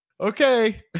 okay